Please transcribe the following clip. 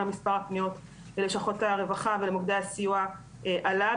מספר הפניות ללשכות הרווחה ולמוקדי הסיוע עלה,